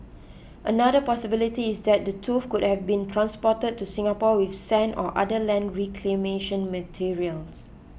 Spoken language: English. another possibility is that the tooth could have been transported to Singapore with sand or other land reclamation materials